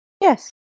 Yes